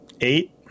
Eight